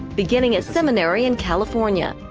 beginning a seminary in california.